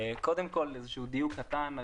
קודם כל איזשהו דיוק קטן,